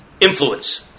influence